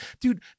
dude